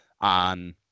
on